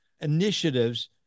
initiatives